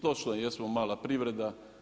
Točno jesmo mala privreda.